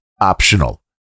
optional